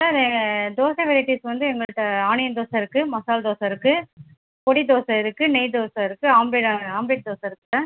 sir dosa varieties வந்து எங்கள்ட்ட onion dosa இருக்கு மசால் தோசை இருக்கு பொடி தோசை இருக்கு நெய் தோசை இருக்கு ஆம்லேட் ஆம்லெட் தோசை இருக்கு சார்